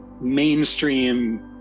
mainstream